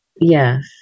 yes